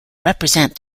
represent